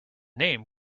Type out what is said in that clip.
name